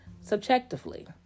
subjectively